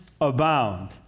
abound